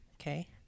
Okay